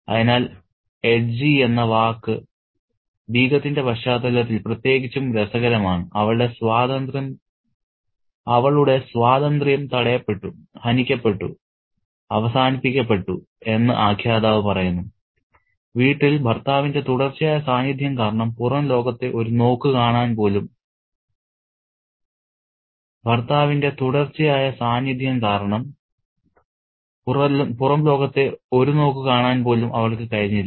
അതിനാൽ എഡ്ജി എന്ന വാക്ക് ബീഗത്തിന്റെ പശ്ചാത്തലത്തിൽ പ്രത്യേകിച്ചും രസകരമാണ് അവളുടെ സ്വാതന്ത്ര്യം തടയപ്പെട്ടു ഹനിക്കപ്പെട്ടു അവസാനിപ്പിക്കപ്പെട്ടു എന്ന് ആഖ്യാതാവ് പറയുന്നു വീട്ടിൽ ഭർത്താവിന്റെ തുടർച്ചയായ സാന്നിധ്യം കാരണം പുറംലോകത്തെ ഒരു നോക്ക് കാണാൻ പോലും അവൾക്ക് കഴിഞ്ഞില്ല